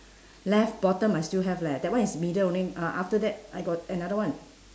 left bottom I still have leh that one is middle only uh after that I got another one